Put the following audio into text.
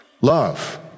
love